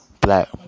Black